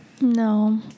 No